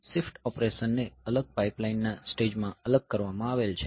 shift ઓપરેશનને અલગ pipeline ના સ્ટેજ માં અલગ કરવામાં આવેલ છે